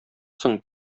соң